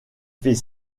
fit